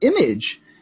image